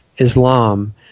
Islam